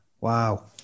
wow